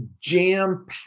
jam